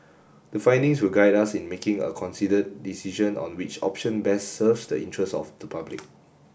the findings will guide us in making a considered decision on which option best serves the interests of the public